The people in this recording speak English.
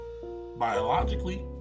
Biologically